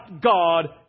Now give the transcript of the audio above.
God